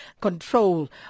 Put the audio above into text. control